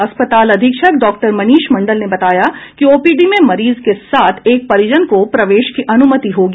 अस्पताल अधीक्षक डॉक्टर मनीष मंडल ने बताया कि ओपीडी में मरीज के साथ एक परिजन को प्रवेश की अनुमति होगी